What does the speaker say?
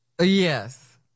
Yes